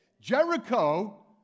Jericho